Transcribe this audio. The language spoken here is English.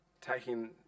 taking